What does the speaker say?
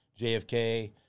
JFK